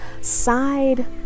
side